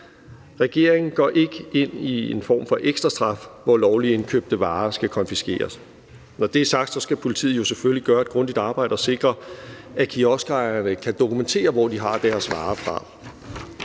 Regeringen går ikke ind i en form for ekstra straf, hvor lovligt indkøbte varer skal konfiskeres. Når det er sagt, skal politiet selvfølgelig gøre et grundigt arbejde og sikre, at kioskejerne kan dokumentere, hvor de har deres varer fra.